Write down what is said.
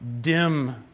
dim